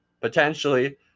Potentially